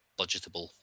budgetable